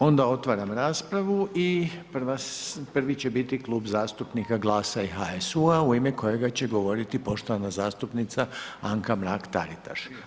Onda otvaram raspravu i prvi će biti Klub zastupnika GLAS-a i HSU-a u ime kojega će govoriti poštovana zastupnica Anka Mrak-Taritaš.